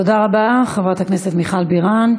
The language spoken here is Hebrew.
תודה רבה, חברת הכנסת מיכל בירן.